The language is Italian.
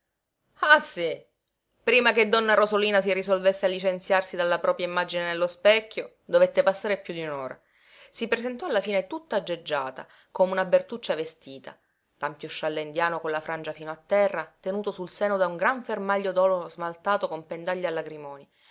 ah sí prima che donna rosolina si risolvesse a licenziarsi dalla propria immagine nello specchio dovette passare piú di un'ora si presentò alla fine tutta aggeggiata come una bertuccia vestita l'ampio scialle indiano con la frangia fino a terra tenuto sul seno da un gran fermaglio d'oro smaltato con pendagli a lagrimoni